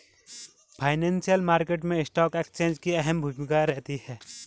financial market मैं stock exchange की अहम भूमिका रहती है